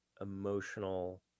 emotional